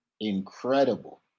incredible